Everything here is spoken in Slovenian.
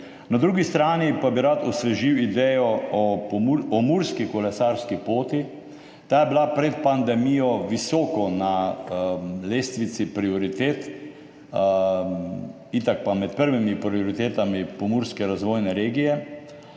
Na drugi strani pa bi rad osvežil idejo o murski kolesarski poti. Ta je bila pred pandemijo visoko na lestvici prioritet, itak pa med prvimi prioritetami pomurske razvojne regije,